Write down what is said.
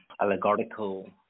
allegorical